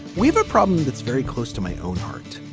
we've a problem that's very close to my own heart.